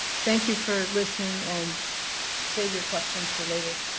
thank you for listening and save your questions for later.